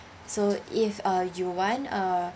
so if uh you want uh